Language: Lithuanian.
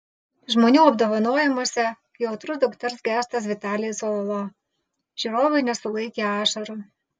žmonių apdovanojimuose jautrus dukters gestas vitalijui cololo žiūrovai nesulaikė ašarų